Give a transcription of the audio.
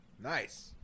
Nice